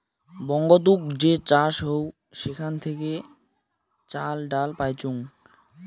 বঙ্গতুক যে চাষ হউ সেখান থাকি চাল, ডাল পাইচুঙ